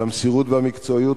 על המסירות והמקצועיות,